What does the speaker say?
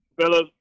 fellas